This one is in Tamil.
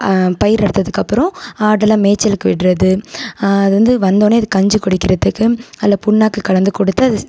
பயிர் எடுத்ததுக்கப்புறம் ஆடெல்லாம் மேய்ச்சலுக்கு விடுறது அது வந்து வந்தோன்னே அது கஞ்சி குடிக்கிறதுக்கு அதில் புண்ணாக்கு கலந்து கொடுத்து அது